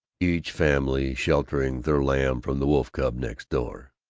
each family sheltering their lamb from the wolf-cub next door.